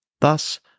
Thus